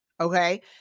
Okay